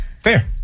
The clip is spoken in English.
Fair